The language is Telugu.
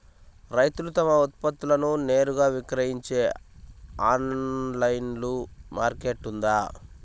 రైతులు తమ ఉత్పత్తులను నేరుగా విక్రయించే ఆన్లైను మార్కెట్ ఉందా?